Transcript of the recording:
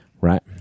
Right